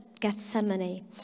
Gethsemane